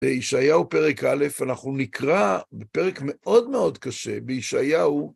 בישעיהו פרק א', אנחנו נקרא בפרק מאוד מאוד קשה, בישעיהו,